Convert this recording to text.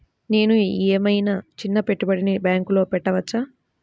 నేను ఏమయినా చిన్న పెట్టుబడిని బ్యాంక్లో పెట్టచ్చా?